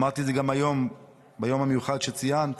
אמרתי את זה גם היום ביום המיוחד שציינת